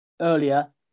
earlier